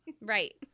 Right